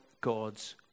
God's